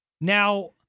Now